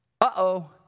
Uh-oh